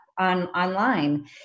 online